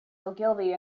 ogilvy